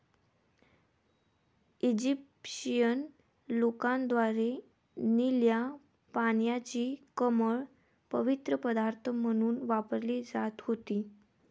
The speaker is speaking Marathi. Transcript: इजिप्शियन लोकांद्वारे निळ्या पाण्याची कमळ पवित्र पदार्थ म्हणून वापरली जात होती